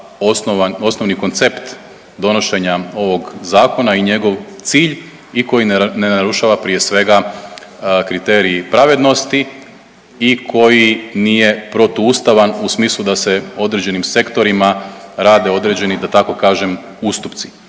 osnovni koncept donošenja ovog zakona i njegov cilj i koji ne narušava prije svega kriterij pravednosti i koji nije protuustavan u smislu da se određenim sektorima rade određeni da tako kažem ustupci,